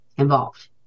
involved